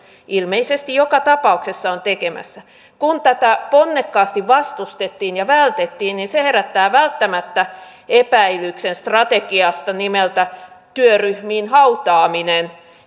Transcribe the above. ilmeisesti joka tapauksessa on tekemässä kun tätä ponnekkaasti vastustettiin ja vältettiin niin se herättää välttämättä epäilyksen strategiasta nimeltä työryhmiin hautaaminen